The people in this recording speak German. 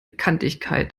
kantigkeit